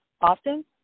often